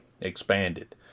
expanded